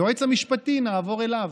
היועץ המשפטי, נעבור אליו,